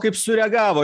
kaip sureagavo